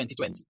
2020